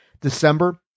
December